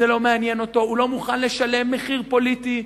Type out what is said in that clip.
זה לא מעניין, הוא לא מוכן לשלם מחיר פוליטי.